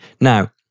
Now